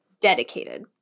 dedicated